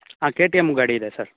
ಹಾಂ K T M ಗಾಡಿ ಇದೆ ಸರ್